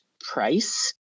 price